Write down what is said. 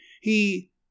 He—